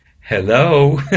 Hello